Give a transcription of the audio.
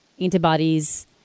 antibodies